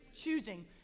choosing